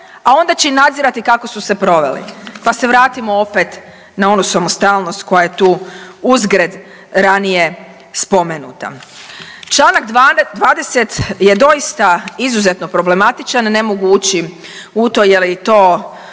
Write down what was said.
a onda će i nadzirati kako su se proveli. Pa se vratimo opet na onu samostalnost koja je tu uzgred ranije spomenuta. Članak 20. je doista izuzetno problematičan ne mogu ući u to je li to